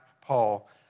Paul